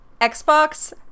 Xbox